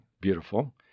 Beautiful